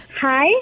Hi